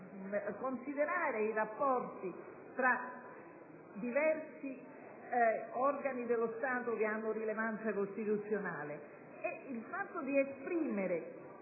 considerare i rapporti tra i diversi organi dello Stato che hanno rilevanza costituzionale. Il fatto di esprimere,